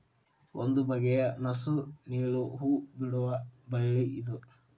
ಒಂದು ಬಗೆಯ ನಸು ನೇಲು ಹೂ ಬಿಡುವ ಬಳ್ಳಿ ಇದು